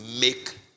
make